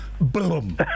Boom